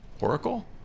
Oracle